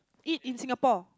eat in Singapore